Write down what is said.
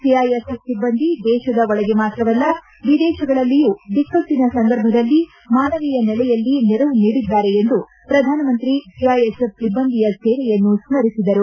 CISF ಸಿಬ್ಬಂದಿ ದೇತದ ಒಳಗೆ ಮಾತ್ರವಲ್ಲ ವಿದೇತಗಳಲ್ಲಿಯೂ ಬಿಕ್ಕಟ್ಟನ ಸಂದರ್ಭದಲ್ಲಿ ಮಾನವೀಯ ನೆಲೆಯಲ್ಲಿ ನೆರವು ನೀಡಿದ್ದಾರೆ ಎಂದು ಪ್ರಧಾನಮಂತ್ರಿ ಸಿಐಎಸ್ಎಫ್ ಸಿಬ್ಬಂದಿಯ ಸೇವೆಯನ್ನು ಸ್ಕರಿಸಿದರು